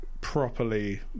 properly